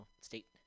state